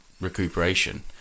recuperation